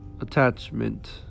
Attachment